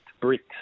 bricks